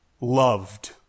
loved